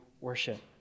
worship